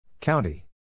County